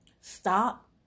stop